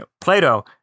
Plato